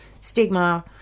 stigma